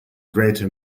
greater